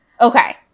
Okay